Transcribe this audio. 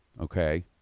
okay